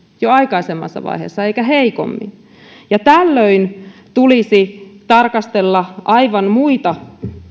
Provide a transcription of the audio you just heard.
jo aikaisemmassa vaiheessa eikä heikommin tällöin tulisi tarkastella aivan muita